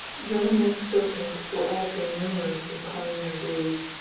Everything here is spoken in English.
venomous serpents were also numerous in pioneer days,